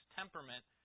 temperament